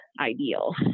ideal